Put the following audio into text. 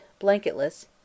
blanketless